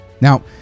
Now